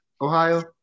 ohio